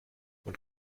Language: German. man